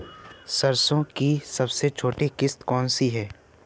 सरसो की सबसे अच्छी किश्त कौन सी है?